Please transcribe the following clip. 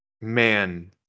man